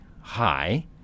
high